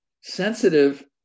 sensitive